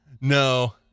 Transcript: no